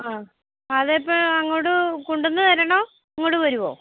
ആ അതിപ്പം അങ്ങോട്ട് കൊണ്ടുവന്ന് തരണോ ഇങ്ങോട്ട് വരുമോ